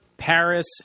Paris